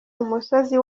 umusozi